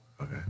Okay